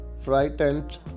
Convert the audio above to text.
frightened